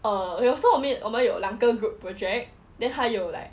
uh so 我们有两个 group project then 还有 like